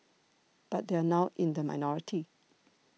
but they are in the minority